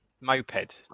Moped